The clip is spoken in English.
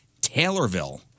Taylorville